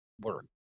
work